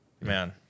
Man